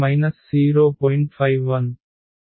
5 0 4 0